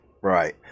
right